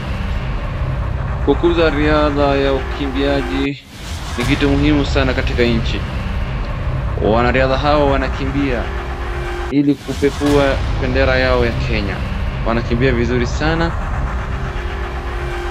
Kukuza riadha ya ukimbiaji ni kitu muhimu sana katika nchi, wanariadha hawa wanakimbia ili kupekua bendera yao ya Kenya. Wanakimbia vizuri sana.